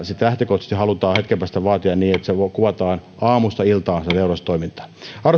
sitten lähtökohtaisesti halutaan hetken päästä vaatia niin että kuvataan aamusta iltaan sitä teurastustoimintaa arvoisa